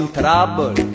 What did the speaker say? trouble